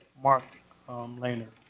mark lehner.